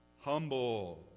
humble